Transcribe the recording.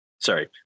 Sorry